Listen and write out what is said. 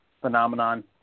phenomenon